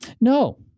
No